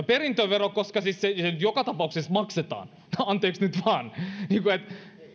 perintövero siis joka tapauksessa maksetaan anteeksi